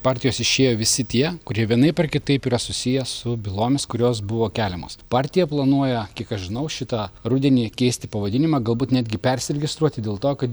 partijos išėjo visi tie kurie vienaip ar kitaip yra susiję su bylomis kurios buvo keliamos partija planuoja kiek aš žinau šitą rudenį keisti pavadinimą galbūt netgi persiregistruoti dėl to kad